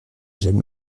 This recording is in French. j’aime